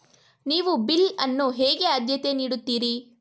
ನೀವು ಬಿಲ್ ಅನ್ನು ಹೇಗೆ ಆದ್ಯತೆ ನೀಡುತ್ತೀರಿ?